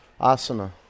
Asana